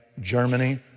Germany